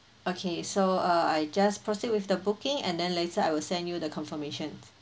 okay so err I just proceed with the booking and then later I will send you the confirmation